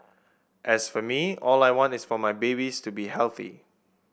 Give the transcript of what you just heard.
as for me all I want is for my babies to be healthy